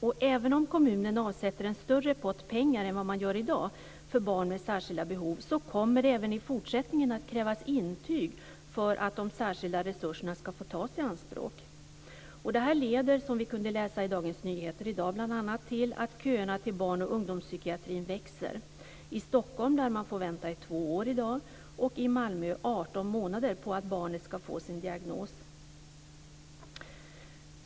Och även om kommunen avsätter en större pott pengar än vad man gör i dag för barn med särskilda behov kommer det även i fortsättningen att krävas intyg för att de särskilda resurserna skall få tas i anspråk. Det leder, som vi bl.a. kunde läsa i Dagens Nyheter i dag, till att köerna till barn och ungdomspsykiatrin växer. I Stockholm lär man få vänta i två år i dag, och i Malmö 18 månader, på att barnet skall få sin diagnos.